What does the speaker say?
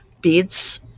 beads